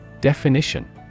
Definition